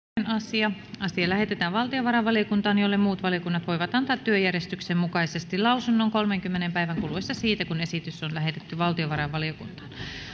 asia asia lähetetään valtiovarainvaliokuntaan jolle muut valiokunnat voivat antaa työjärjestyksen mukaisesti lausunnon kolmenkymmenen päivän kuluessa siitä kun esitys on lähetetty valtiovarainvaliokuntaan